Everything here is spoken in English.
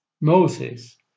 Moses